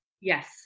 yes